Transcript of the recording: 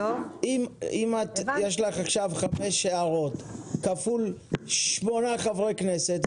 אם יש לך עכשיו חמש הערות כפול שמונה חברי כנסת,